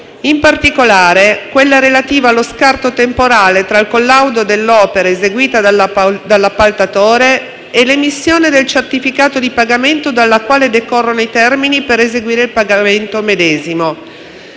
in particolare allo scarto temporale tra il collaudo dell'opera eseguita dall'appaltatore e l'emissione del certificato di pagamento dalla quale decorrono i termini per eseguire il pagamento medesimo.